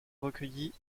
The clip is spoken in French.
recueillis